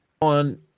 on